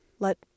let